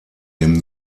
dem